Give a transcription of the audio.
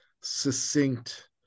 succinct